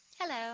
hello